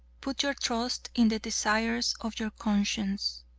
put your trust in the desires of your conscience.